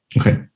Okay